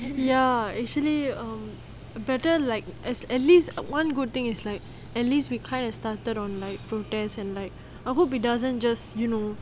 ya actually um better like at at least one good is like at least we kind of started on like protest and like I hope it doesn't just you know